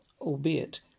albeit